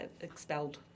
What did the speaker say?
expelled